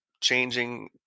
changing